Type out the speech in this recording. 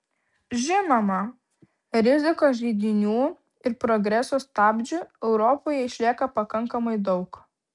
žinoma rizikos židinių ir progreso stabdžių europoje išlieka pakankamai daug